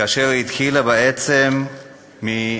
כאשר היא התחילה בעצם מאפס.